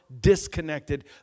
disconnected